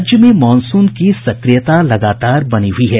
राज्य में मॉनसून की सक्रियता लगातार बनी हुई है